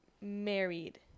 married